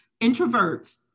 Introverts